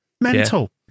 Mental